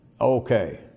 Okay